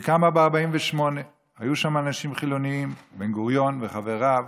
היא קמה ב-48', היו שם חילונים, בן-גוריון וחבריו.